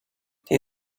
they